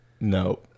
No